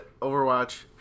Overwatch